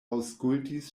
aŭskultis